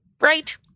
right